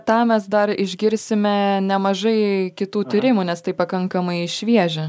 tą mes dar išgirsime nemažai kitų tyrimų nes tai pakankamai šviežia